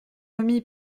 remis